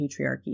patriarchy